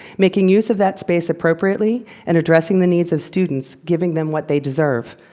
making use of that space appropriately, and addressing the needs of students, giving them what they deserve,